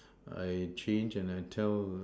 I changed and I tell